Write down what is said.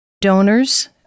Donors